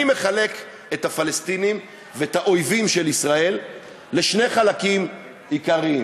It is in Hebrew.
אני מחלק את הפלסטינים ואת האויבים של ישראל לשני חלקים עיקריים,